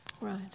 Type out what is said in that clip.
Right